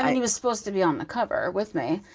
and he was supposed to be on the cover with me.